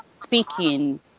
speaking